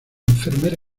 enfermera